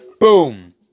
boom